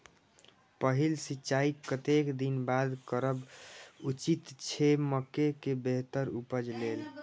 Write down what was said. पहिल सिंचाई कतेक दिन बाद करब उचित छे मके के बेहतर उपज लेल?